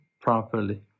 properly